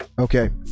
Okay